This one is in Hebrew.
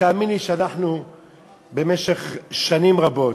תאמין לי שבמשך שנים רבות,